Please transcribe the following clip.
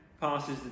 passes